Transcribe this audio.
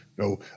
No